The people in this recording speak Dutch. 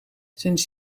sinds